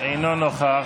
אינו נוכח,